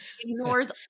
Ignores